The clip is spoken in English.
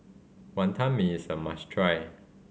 Wantan Mee is a must try